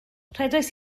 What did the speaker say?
rhedais